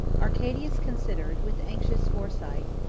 arcadius considered, with anxious foresight,